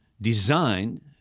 designed